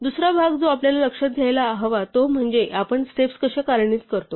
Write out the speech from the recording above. दुसरा भाग जो आपल्याला लक्षात घ्यायला हवा तो म्हणजे आपण स्टेप्स कशा कार्यान्वित करतो